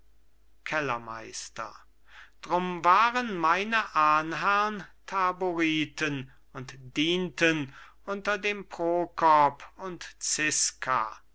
kellermeister drum waren meine ahnherrn taboriten und dienten unter dem prokop und ziska